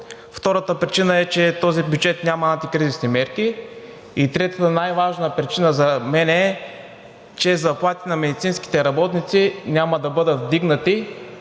Втората причина е, че този бюджет няма антикризисни мерки. И третата, най-важна причина за мен, е, че заплатите на медицинските работници няма да бъдат вдигнати,